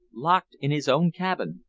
locked in his own cabin.